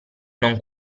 non